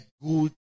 good